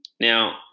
Now